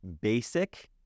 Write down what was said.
basic